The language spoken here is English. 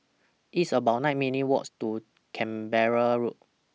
It's about nine minutes' Walks to Canberra Road